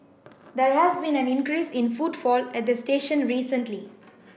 there has been an increase in footfall at the station recently